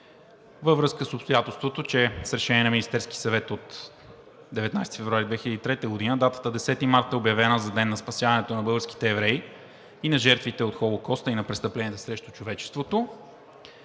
във връзка с обстоятелството, че с Решение на Министерския съвет от 19 февруари 2003 г. датата 10 март е обявена за Ден на спасяването на българските евреи и на жертвите от Холокоста и на престъпленията срещу човечеството.